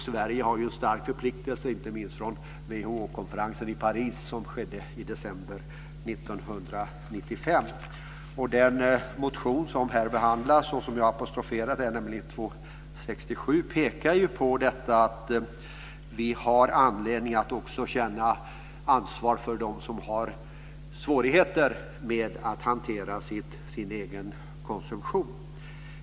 Sverige har en stark förpliktelse inte minst från WHO I den motion som här behandlas och som jag apostroferar, nämligen motion 267, påpekas ju att vi har anledning att också känna ansvar för dem som har svårigheter med att hantera sin egen konsumtion.